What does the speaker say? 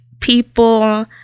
people